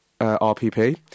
RPP